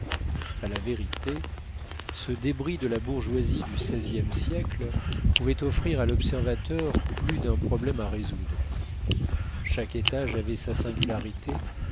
a la vérité ce débris de la bourgeoisie du seizième siècle pouvait offrir à l'observateur plus d'un problème à résoudre chaque étage avait sa singularité